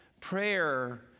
Prayer